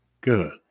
Good